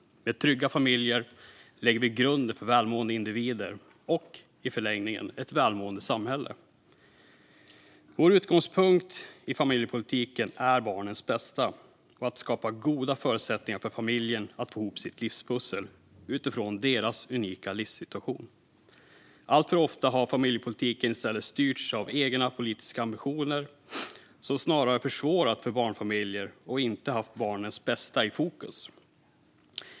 Med trygga familjer lägger vi grunden för välmående individer och i förlängningen ett välmående samhälle. Vår utgångspunkt i familjepolitiken är barnens bästa och att skapa goda förutsättningar för familjerna att få ihop sina livspussel utifrån deras unika livssituation. Alltför ofta har familjepolitiken i stället styrts av egna politiska ambitioner som snarare försvårat för barnfamiljer och inte haft barnens bästa i fokus.